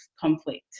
conflict